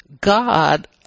God